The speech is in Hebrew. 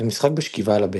ומשחק בשכיבה על הבטן.